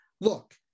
look